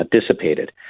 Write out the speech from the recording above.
dissipated